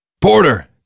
Porter